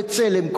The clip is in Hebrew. "בצלם",